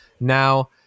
Now